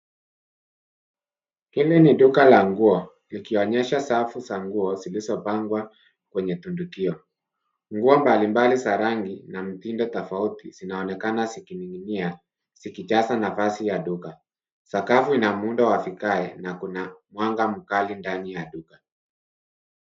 Hili ni duka la nguo likionyesha safu za nguo zilizopangwa kwenye tundukio. Nguo mbalimbali za rangi na mitindo tofauti zinaonekana zikining'inia zikijaza nafasi ya duka. Sakafu ina muundo wa vigae na kuna mwanga mkali ndani ya duka.